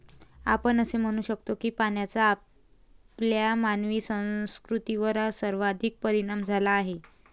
आपण असे म्हणू शकतो की पाण्याचा आपल्या मानवी संस्कृतीवर सर्वाधिक परिणाम झाला आहे